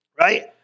right